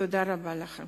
תודה רבה לכם.